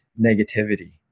negativity